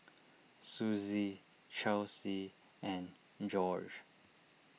Suzie Chelsea and Jorge